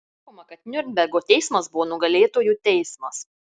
sakoma kad niurnbergo teismas buvo nugalėtojų teismas